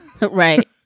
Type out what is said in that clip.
Right